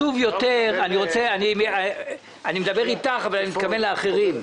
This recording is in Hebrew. אני מדבר איתך אבל אני מתכוון לאחרים.